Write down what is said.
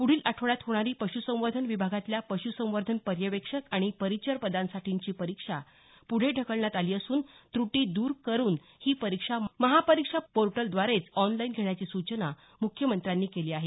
पुढील आठवड्यात होणारी पशुसंवर्धन विभागातल्या पश्रसंवर्धन पर्यवेक्षक आणि परिचर पदांसाठीची परीक्षा पुढे ढकलण्यात आली असून त्रुटी दूर करुन ही परीक्षा महापरीक्षा पोर्टलद्वारेच ऑनलाईन घेण्याची सूचना मुख्यमंत्र्यांनी केली आहे